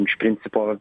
iš principo